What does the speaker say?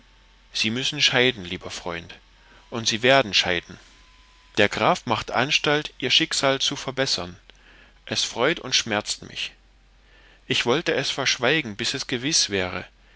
sie müssen scheiden lieber freund und sie werden scheiden der graf macht anstalt ihr schicksal zu verbessern es freut und schmerzt mich ich wollte es verschweigen bis es gewiß wäre